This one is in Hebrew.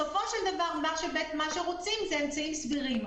שמה שהם רוצים זה אמצעים סבירים.